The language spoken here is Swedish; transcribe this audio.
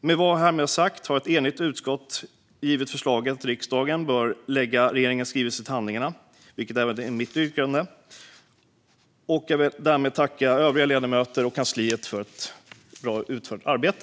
Med vad som härmed sagts har ett enigt utskott givit förslaget att riksdagen bör lägga regeringens skrivelse till handlingarna, vilket även är mitt yrkande. Jag vill tacka övriga ledamöter och kansliet för ett bra utfört arbete.